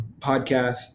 podcast